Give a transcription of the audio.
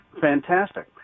fantastic